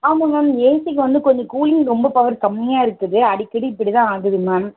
ஆமாம் மேம் ஏசிக்கு வந்து கொஞ்சம் கூலிங் ரொம்ப பவர் கம்மியாக இருக்குது அடிக்கடி இப்படி தான் ஆகுது மேம்